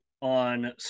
on